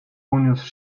unosił